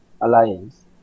Alliance